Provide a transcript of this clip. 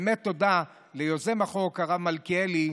באמת תודה ליוזם החוק שאני שותף לו, הרב מלכיאלי.